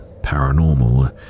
paranormal